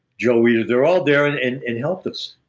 joe weider they're all there and and and helped us.